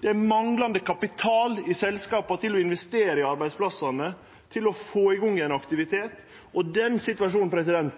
Det er manglande kapital i selskapa til å investere i arbeidsplassane, til å få i gang ein aktivitet, og den situasjonen